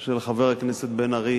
של חבר הכנסת בן-ארי